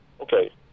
Okay